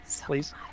Please